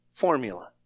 formula